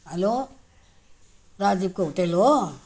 hello राजीभको hotel हो